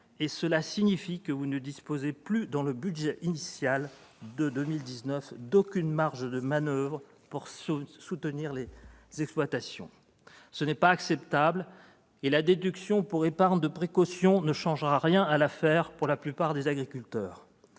cela signifie que vous ne disposez dans le budget initial de 2019 d'aucune marge pour soutenir les exploitants. Cela n'est pas acceptable Et la déduction pour épargne de précaution ne changera rien à l'affaire pour la plupart des agriculteurs.